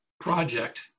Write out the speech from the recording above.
project